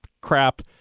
crap